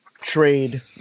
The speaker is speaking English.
trade